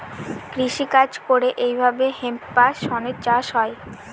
কৃষি কাজ করে এইভাবে হেম্প বা শনের চাষ হয়